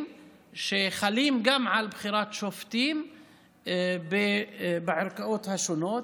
שחלים על בחירת שופטים בערכאות השונות.